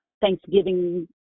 thanksgiving